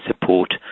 support